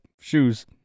shoes